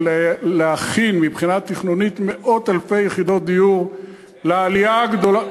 להכין מבחינה תכנונית מאות אלפי יחידות דיור לעלייה הגדולה,